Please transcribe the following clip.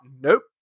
nope